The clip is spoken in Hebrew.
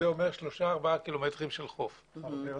הרבה יותר.